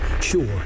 Sure